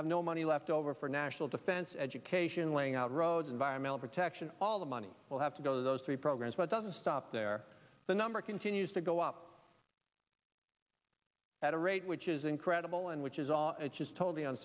have no money left over for national defense education laying out roads environmental protection all that money will have to go to those three programs but doesn't stop there the number continues to go up at a rate which is incredible and which is all just to